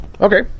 Okay